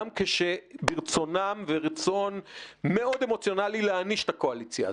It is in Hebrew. גם כשרצונם מאוד אמוציונלי להעניש את הקואליציה הזאת.